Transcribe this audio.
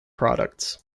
products